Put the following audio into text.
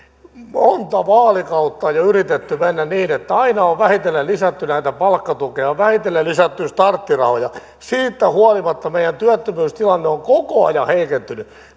monta vaalikautta on jo yritetty mennä niin että aina on vähitellen lisätty palkkatukea ja vähitellen lisätty starttirahoja niin siitä huolimatta meidän työttömyystilanteemme on koko ajan heikentynyt nyt